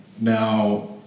Now